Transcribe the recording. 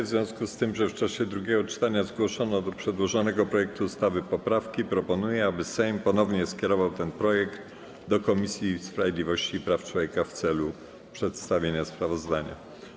W związku z tym, że w czasie drugiego czytania zgłoszono do przedłożonego projektu ustawy poprawki, proponuję, aby Sejm ponownie skierował ten projekt ustawy do Komisji Sprawiedliwości i Praw Człowieka w celu przedstawienia sprawozdania.